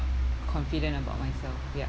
confident about myself ya